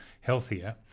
healthier